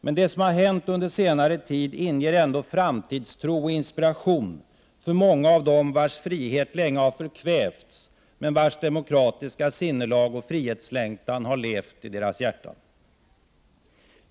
Men det som har hänt under senare tid inger ändå framtidstro och inspiration för många av dem vars frihet länge förkvävts men vars demokratiska sinnelag och frihetslängtan levt i deras hjärtan.